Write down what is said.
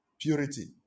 Purity